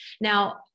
Now